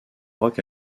rock